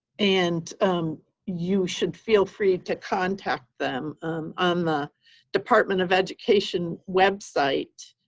and you should feel free to contact them on the department of education website.